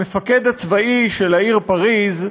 המפקד הצבאי של העיר פריז,